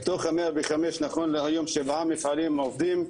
מתוך ה-105 נכון להיום שבעה מפעלים עובדים,